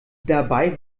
dabei